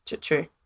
true